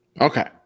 okay